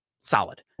solid